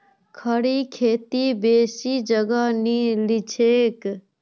खड़ी खेती बेसी जगह नी लिछेक